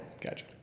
gotcha